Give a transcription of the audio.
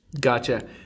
Gotcha